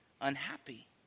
unhappy